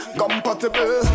compatible